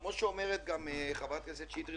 כמו שאומרת בצדק חברת הכנסת שטרית,